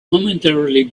momentarily